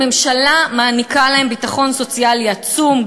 הממשלה מעניקה להם ביטחון סוציאלי עצום,